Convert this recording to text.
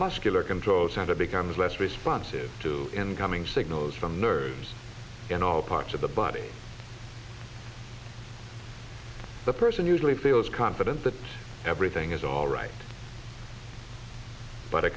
muscular control center becomes less responsive to incoming signals from nerves in all parts of the body the person usually feels confident that everything is all right but a